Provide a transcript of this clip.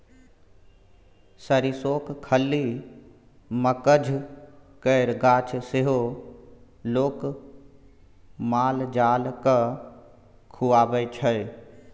सरिसोक खल्ली, मकझ केर गाछ सेहो लोक माल जाल केँ खुआबै छै